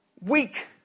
weak